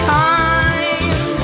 time